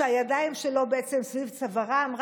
שהידיים שלו סביב צווארם.